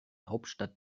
hauptstadt